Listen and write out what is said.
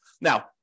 Now